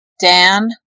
Dan